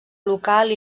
local